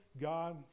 God